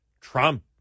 Trump